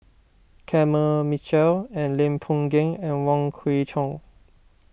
Kenneth Mitchell and Lim Boon Keng and Wong Kwei Cheong